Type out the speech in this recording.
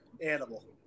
animal